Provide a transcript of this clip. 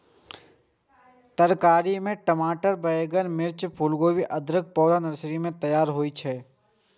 तरकारी मे टमाटर, बैंगन, मिर्च, फूलगोभी, आदिक पौधा नर्सरी मे तैयार होइ छै